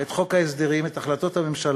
את חוק ההסדרים ואת החלטות הממשלה,